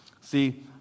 See